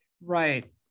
Right